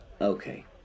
Okay